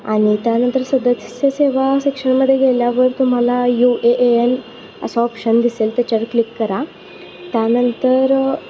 आणि त्यानंतर सदस्य सेवा सेक्षणमध्ये गेल्यावर तुम्हाला यू ए ए एन असं ऑप्शन दिसेल त्याच्यावर क्लिक करा त्यानंतर